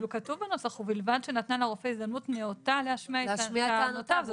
כתוב בנוסח "ובלבד שניתנה לרופא הזדמנות נאותה להשמיע את טענותיו".